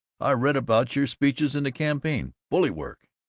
i read about your speeches in the campaign. bully work!